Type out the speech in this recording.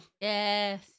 Yes